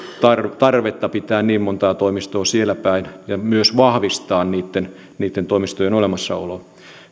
tarvetta tarvetta pitää niin montaa toimistoa siellä päin ja myös vahvistaa niitten niitten toimistojen olemassaoloa